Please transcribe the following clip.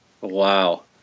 Wow